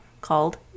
called